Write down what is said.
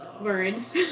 Words